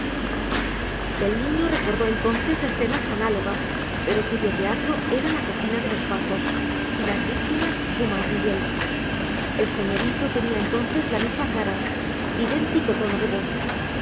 el niño recordó entonces escenas análogas pero cuyo teatro era la cocina de los pazos y las víctimas su madre y él el señorito tenía entonces la misma cara idéntico tono de voz